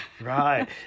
Right